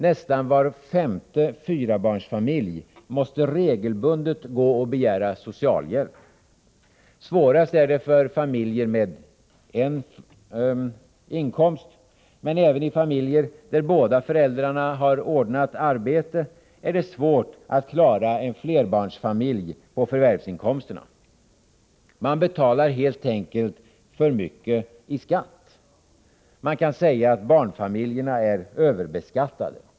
Nästan var femte fyrabarnsfamilj måste regelbundet begära socialhjälp. Svårast är det för familjer med bara en inkomst. Men även flerbarnsfamiljer där båda föräldrarna har ordnat arbete har svårt att klara sig på förvärvsinkomsterna. Man betalar helt enkelt för mycket i skatt. Man kan säga att barnfamiljerna är överbeskattade.